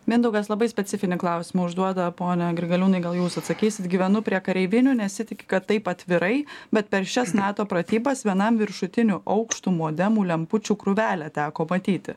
mindaugas labai specifinį klausimą užduoda pone grigaliūnai gal jūs atsakysit gyvenu prie kareivinių nesitiki kad taip atvirai bet per šias nato pratybas vienam viršutinių aukštų modemų lempučių krūvelę teko matyti